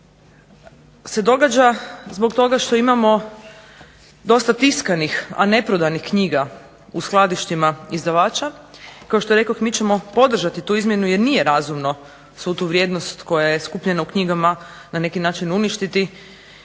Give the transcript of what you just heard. se događa zbog toga što imamo dosta tiskanih i neprodanih knjiga u skladištima izdavača, kao što rekoh mi ćemo podržati tu izmjenu jer nije razumno svu tu vrijednost koja je skupljena u knjigama na neki način uništiti